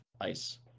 ice